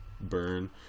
Burn